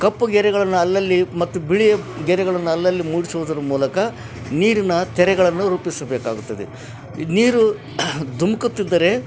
ಕಪ್ಪು ಗೆರೆಗಳನ್ನ ಅಲ್ಲಲ್ಲಿ ಮತ್ತು ಬಿಳಿಯ ಗೆರೆಗಳ್ನು ಅಲ್ಲಲ್ಲಿ ಮೂಡಿಸುವುದ್ರ ಮೂಲಕ ನೀರಿನ ತೆರೆಗಳನ್ನು ರೂಪಿಸಬೇಕಾಗುತ್ತದೆ ಇದು ನೀರು ಧುಮುಕುತ್ತಿದ್ದರೆ